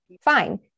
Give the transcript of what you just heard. fine